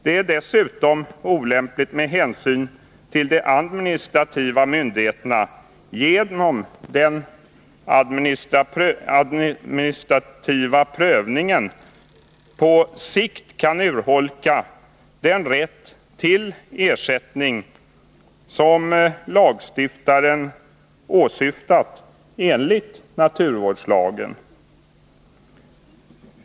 Det är dessutom olämpligt med hänsyn till att de administrativa myndigheterna genom den administrativa prövningen på sikt kan urholka den rätt till ersättning som lagstiftaren har åsyftat enligt naturvårdslagen.